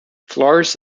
flores